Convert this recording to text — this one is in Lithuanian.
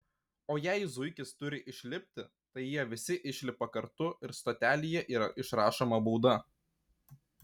o jei zuikis turi išlipti tai jie visi išlipa kartu ir stotelėje yra išrašoma bauda